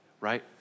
right